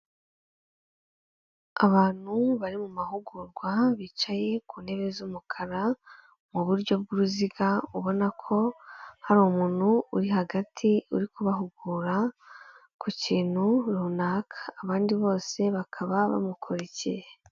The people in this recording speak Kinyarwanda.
Abantu bari mu mahugurwa bicaye ku ntebe z'umukara, mu buryo bw'uruziga, ubona ko hari umuntu uri hagati uri kubahugura ku kintu runaka, abandi bose bakaba bamukurikiye.